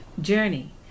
journey